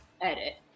edit